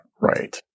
right